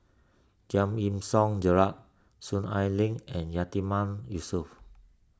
Giam Yean Song Gerald Soon Ai Ling and Yatiman Yusof